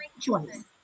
choice